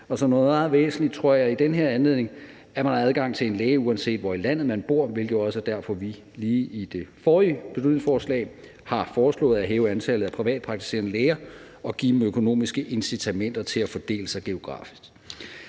jeg sige, at jeg tror, det er meget væsentligt, at man har adgang til en læge, uanset hvor i landet man bor, hvilket jo også er derfor, vi lige i det forrige beslutningsforslag har foreslået at hæve antallet af privatpraktiserende læger og give dem økonomiske incitamenter til at fordele sig geografisk.